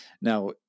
Now